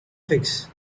fix